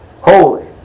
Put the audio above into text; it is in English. holy